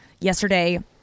Yesterday